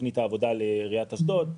תוכנית עבודה לעיריית אשדוד.